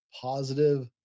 positive